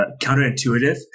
counterintuitive